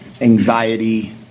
anxiety